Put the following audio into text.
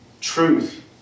truth